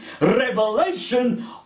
revelation